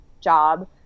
job